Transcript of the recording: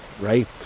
right